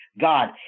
God